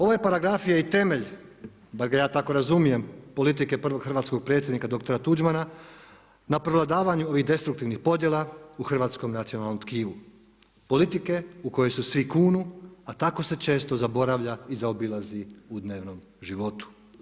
Ovaj paragraf je i temelj, da ga ja tako razumijem politike prvog hrvatskog predsjednika dr. Tuđmana na prevladavanju ovih destruktivnih podjela u hrvatskom nacionalnom tkivu, politike u koju se svi kunu a tako se često zaboravlja i zaobilazi u dnevnom životu.